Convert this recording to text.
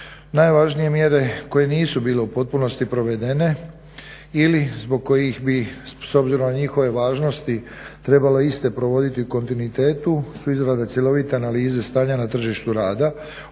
najvažnije mjere koje nisu bile u potpunosti provedene ili zbog kojih bi s obzirom na njihove važnosti trebalo iste provoditi u kontinuitetu su izrade cjelovite analize stanja na tržištu rada odnosno